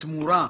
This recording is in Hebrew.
בתמורה,